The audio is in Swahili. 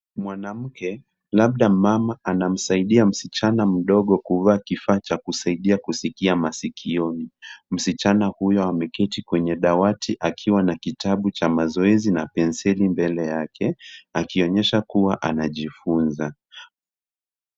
Mwanamke, labda mama anamsaidia msichana mdogo kuvaa kifaa cha kusaidia kusikia masikioni. Msichana huyo ameketi kwenye dawati akiwa na kitabu cha mazoezi na penseli mbele yake akionyesha kuwa anajifunza.